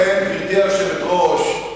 לכן, גברתי היושבת-ראש,